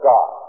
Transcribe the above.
God